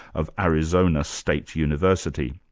of arizona state university.